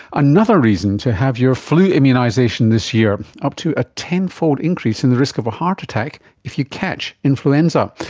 another reason to have your flu immunisation this year. up to a ten fold increase in the risk of a heart attack if you catch influenza.